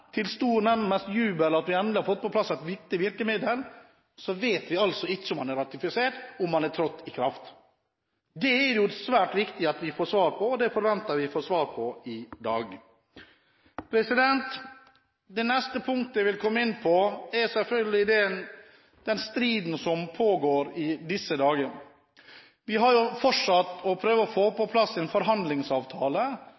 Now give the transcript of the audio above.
vi endelig har fått på plass et viktig virkemiddel. Men så vet vi altså ikke om avtalen er ratifisert, om den er trådt i kraft. Det er det svært viktig at vi får svar på, og det forventer vi å få svar på i dag. Det neste punktet jeg vil komme inn på, er den striden som pågår i disse dager. Vi har fortsatt å prøve å få